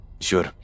Sure